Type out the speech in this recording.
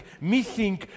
missing